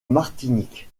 martinique